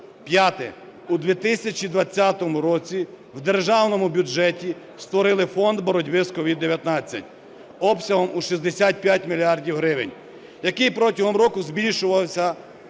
П'яте. У 2020 році в державному бюджеті створили фонд боротьби з COVID-19 обсягом у 65 мільярдів гривень, який протягом року збільшувався